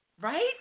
Right